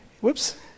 whoops